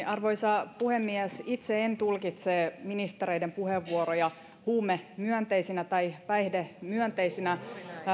arvoisa puhemies itse en tulkitse ministereiden puheenvuoroja huumemyönteisinä tai päihdemyönteisinä